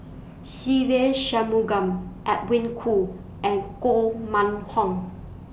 Se Ve Shanmugam Edwin Koo and Koh Mun Hong